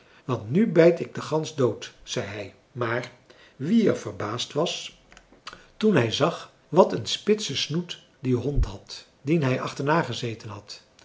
want nu bijt ik de gans dood zei hij maar wie er verbaasd was toen hij zag wat een spitsen snoet die hond had dien hij achterna gezeten had